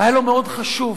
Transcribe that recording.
היה לו מאוד חשוב.